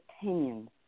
opinions